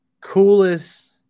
coolest